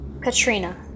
Katrina